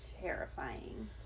terrifying